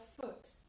foot